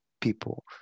people